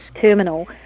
terminal